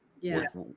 Yes